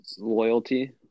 loyalty